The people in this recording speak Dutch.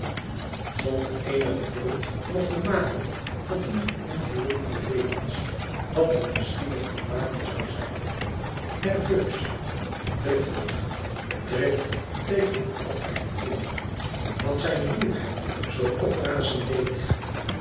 zonder eenig geduld nog te maken van hunne verongelukkende levens wat er misschien nog te maken zoû zijn nerveus driftig drift tegen grofheid in wat zijn ruwheid zo oprazen deed